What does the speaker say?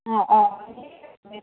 অঁ অঁ